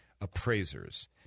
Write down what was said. appraisers